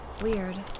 weird